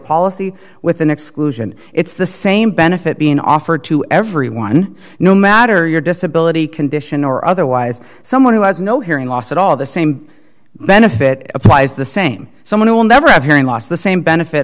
policy with an exclusion it's the same benefit being offered to everyone no matter your disability condition or otherwise someone who has no hearing loss at all the same benefit applies the same someone who will never have hearing loss the same benefit